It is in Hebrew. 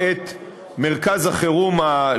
זה המצב שמתחייב מכוח החוק כאשר יש מצב חירום